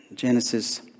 Genesis